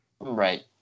Right